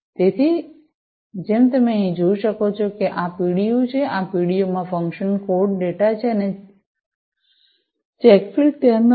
તેથી જેમ તમે અહીં જોઈ શકો છો આ આ પીડિયું છે આ પીડિયું માં ફંક્શન કોડ ડેટા છે અને ચેક ફીલ્ડ ત્યાં નહોતું